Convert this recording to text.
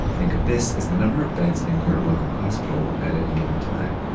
think of this as the number of beds in your local hospital at any given time.